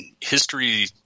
history